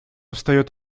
встает